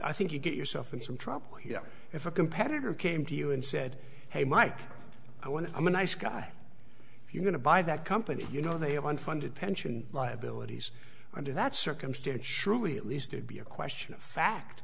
i think you get yourself in some trouble here if a competitor came to you and said hey mike i want to i'm a nice guy if you're going to buy that company you know they have unfunded pension liabilities under that circumstance surely at least they'd be a question of fact